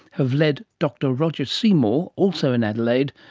have led dr roger seymour, also in adelaide,